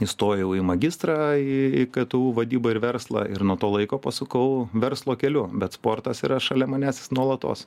įstojau į magistrą į į k t u vadybą ir verslą ir nuo to laiko pasukau verslo keliu bet sportas yra šalia manęs jis nuolatos